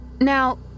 Now